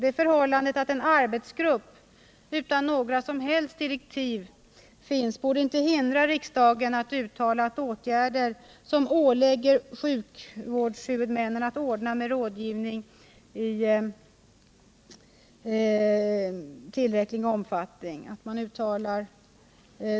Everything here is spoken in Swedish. Det förhållandet att en arbetsgrupp, utan några som helst direktiv, finns borde inte hindra riksdagen att uttala att sjukvårdshuvudmännen åläggs att ordna med rådgivning i tillräcklig omfattning.